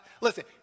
Listen